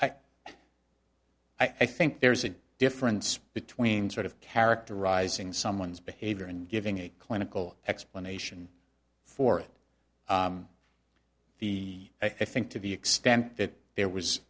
well i think there's a difference between sort of characterizing someone's behavior and giving a clinical explanation for the i think to the extent that there was